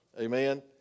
Amen